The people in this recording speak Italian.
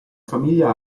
famiglia